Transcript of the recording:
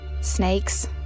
Snakes